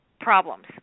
problems